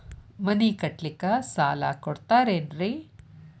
ಮನಿ ಕಟ್ಲಿಕ್ಕ ಸಾಲ ಕೊಡ್ತಾರೇನ್ರಿ?